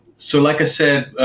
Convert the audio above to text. so like i said